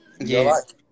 Yes